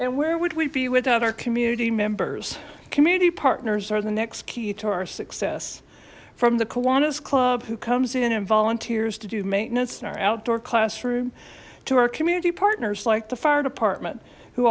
and where would we be without our community members community partners are the next key to our success from the kiwanis club who comes in and volunteers to do maintenance in our outdoor classroom to our community partners like the fire department who